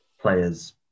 players